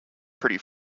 pretty